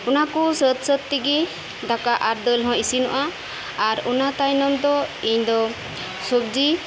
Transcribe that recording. ᱚᱱᱟ ᱠᱚ ᱥᱟᱹᱛ ᱥᱟᱹᱛ ᱛᱮᱜᱤ ᱫᱟᱠᱟ ᱟᱨ ᱫᱟᱹᱞ ᱦᱚᱸ ᱤᱥᱤᱱᱚᱜᱼᱟ ᱟᱨ ᱚᱱᱟ ᱛᱟᱭᱱᱚᱢ ᱫᱚ ᱤᱧᱫᱚ ᱥᱚᱵᱡᱤ